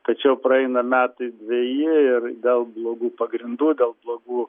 tačiau praeina metai dveji ir dėl blogų pagrindų dėl blogų